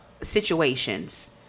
situations